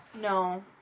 No